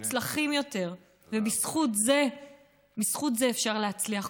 מוצלחים יותר, ובזכות זה אפשר להצליח.